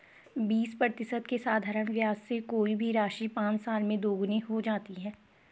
बीस प्रतिशत के साधारण ब्याज से कोई भी राशि पाँच साल में दोगुनी हो जाती है